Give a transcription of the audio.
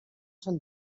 són